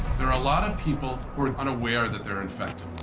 there are a lot of people who are unaware that they're infected.